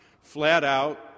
flat-out